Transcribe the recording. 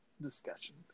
discussion